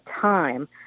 time